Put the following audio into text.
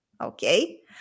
Okay